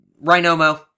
Rhino-mo